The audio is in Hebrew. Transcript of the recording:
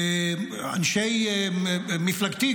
אנשי מפלגתי,